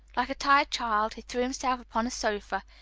like a tired child he threw himself upon a sofa,